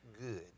good